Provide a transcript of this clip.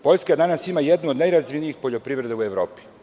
Poljska danas ima jednu od najrazvijenijih poljoprivreda u Evropi.